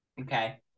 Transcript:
Okay